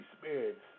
spirits